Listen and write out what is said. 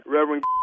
Reverend